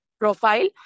profile